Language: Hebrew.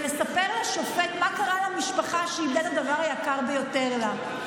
ולספר לשופט מה קרה למשפחה שאיבדה את הדבר היקר ביותר לה.